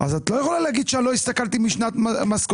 אז את לא יכולה להגיד שלא להסתכל על שנה קודמת.